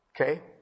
okay